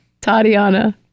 Tatiana